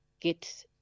get